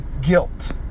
guilt